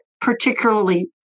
particularly